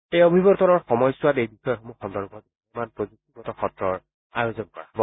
এই অভিৱৰ্তনৰ সময়ছোৱাত এই বিষয়সমূহ সন্দৰ্ভত ভালেমান প্ৰযুক্তিগত সত্ৰৰ আয়োজন কৰা হ'ব